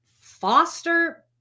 foster